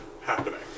happening